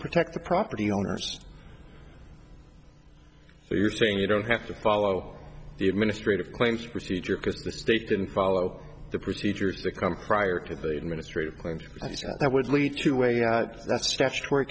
protect the property owners so you're saying you don't have to follow the administrative claims procedure because the state didn't follow the procedures that come prior to the administrative claims that would lead to a that statutory